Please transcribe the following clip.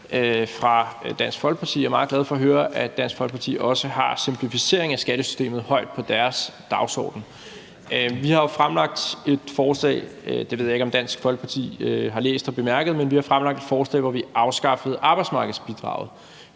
fra Dansk Folkeparti. Jeg er meget glad for at høre, at Dansk Folkeparti også har simplificering af skattesystemet højt på deres dagsorden. Vi har jo fremlagt et forslag – det ved jeg ikke om Dansk Folkeparti har læst og bemærket – hvor vi afskaffer arbejdsmarkedsbidraget